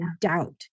doubt